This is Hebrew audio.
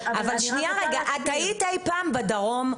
--- שנייה רגע, את היית אי פעם בדרום?